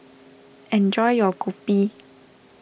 enjoy your Kopi